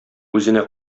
үзенә